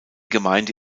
gemeinde